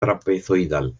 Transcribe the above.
trapezoidal